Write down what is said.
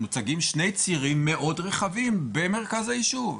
מוצגים בה שני צירים מאוד רחבים במרכז היישוב.